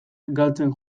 galtzen